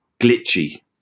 glitchy